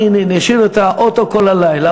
אני אשאיר את האוטו כל הלילה,